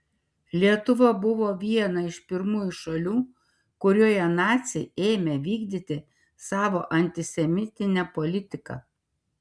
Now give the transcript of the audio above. lietuva buvo viena iš pirmųjų šalių kurioje naciai ėmė vykdyti savo antisemitinę politiką